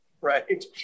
right